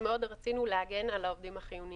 מאוד רצינו להגן על העובדים החיוניים,